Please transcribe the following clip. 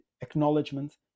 acknowledgement